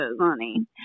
honey